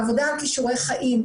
העבודה על כישורי חיים,